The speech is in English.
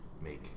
make